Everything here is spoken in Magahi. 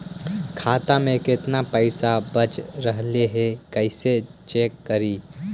खाता में केतना पैसा बच रहले हे कैसे चेक करी?